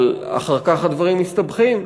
אבל אחר כך הדברים מסתבכים,